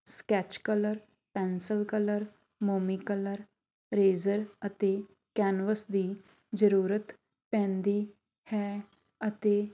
sketch colour pencil colour ਮੋਮੀ colour ਰੇਜਰ ਅਤੇ ਕੈਨਵਸ ਦੀ ਜ਼ਰੂਰਤ ਪੈਂਦੀ ਹੈ ਅਤੇ